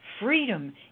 freedom